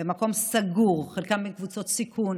במקום סגור, חלקם מקבוצות סיכון